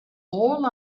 all